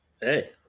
hey